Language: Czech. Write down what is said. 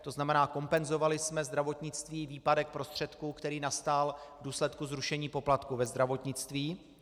To znamená, kompenzovali jsme zdravotnictví výpadek prostředků, který nastal v důsledku zrušení poplatků ve zdravotnictví.